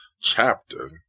chapter